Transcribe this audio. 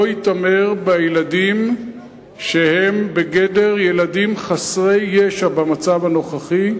יתעמר בילדים שהם בגדר ילדים חסרי ישע במצב הנוכחי.